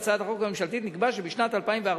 בהצעת החוק הממשלתית נקבע שבשנת 2014